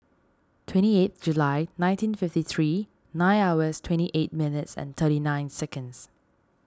twenty eight July nineteen fifty three nine hours twenty eight minutes and thirty nine seconds